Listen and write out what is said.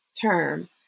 term